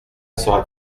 sera